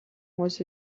was